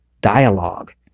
dialogue